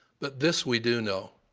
but this we do know